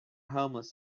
homeless